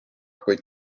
kuid